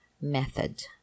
method